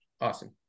Awesome